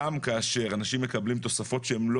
גם כאשר אנשים מקבלים תוספות שהן לא